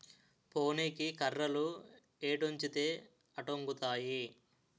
పోనీకి కర్రలు ఎటొంచితే అటొంగుతాయి